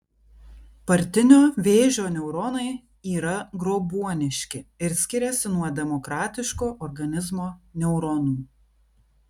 partinio vėžio neuronai yra grobuoniški ir skiriasi nuo demokratiško organizmo neuronų